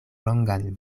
longan